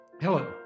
Hello